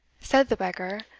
said the beggar,